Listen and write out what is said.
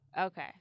okay